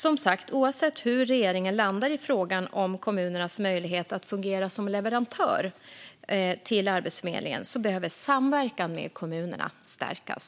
Som sagt: Oavsett hur regeringen landar i frågan om kommunernas möjlighet att fungera som leverantör till Arbetsförmedlingen behöver samverkan med kommunerna stärkas.